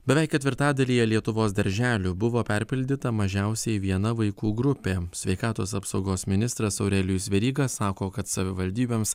beveik ketvirtadalyje lietuvos darželių buvo perpildyta mažiausiai viena vaikų grupė sveikatos apsaugos ministras aurelijus veryga sako kad savivaldybėms